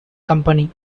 company